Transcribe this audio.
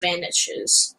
vanishes